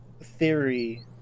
theory